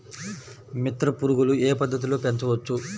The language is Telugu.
మిత్ర పురుగులు ఏ పద్దతిలో పెంచవచ్చు?